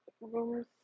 rooms